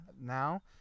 now